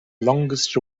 longest